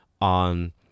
on